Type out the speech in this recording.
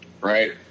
right